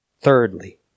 Thirdly